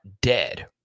dead